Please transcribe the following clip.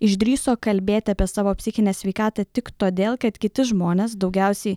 išdrįso kalbėti apie savo psichinę sveikatą tik todėl kad kiti žmonės daugiausiai